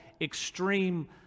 extreme